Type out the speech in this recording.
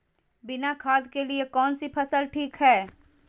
बिना खाद के लिए कौन सी फसल ठीक है?